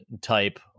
type